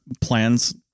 plans